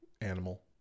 animal